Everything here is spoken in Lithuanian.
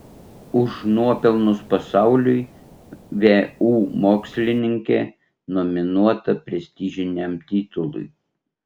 už nuopelnus pasauliui vu mokslininkė nominuota prestižiniam titului